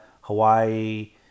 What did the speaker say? Hawaii